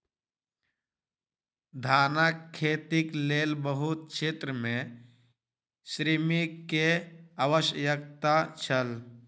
धानक खेतीक लेल बहुत क्षेत्र में श्रमिक के आवश्यकता छल